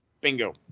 Bingo